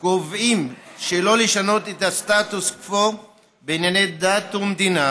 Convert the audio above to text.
הקובעים שלא לשנות את הסטטוס קוו בענייני דת ומדינה